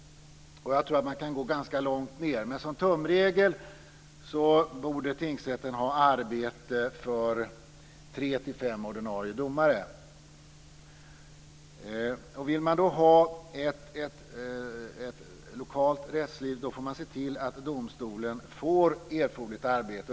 Och jag tror att man så att säga kan gå ganska långt ned. Men som tumregel borde tingsrätten ha arbete för tre-fem ordinarie domare. Vill man då ha ett lokalt rättsliv får man se till att domstolen får erforderligt arbete.